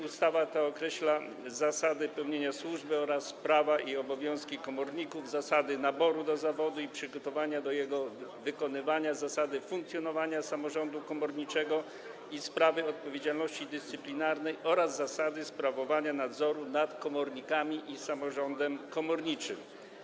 Ustawa ta określa zasady pełnienia służby oraz prawa i obowiązki komorników, zasady naboru do zawodu i przygotowania do jego wykonywania, zasady funkcjonowania samorządu komorniczego i sprawy odpowiedzialności dyscyplinarnej oraz zasady sprawowania nadzoru nad komornikami i samorządem komorniczym.